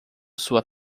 sua